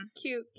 cute